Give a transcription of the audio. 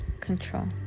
control